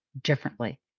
differently